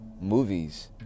movies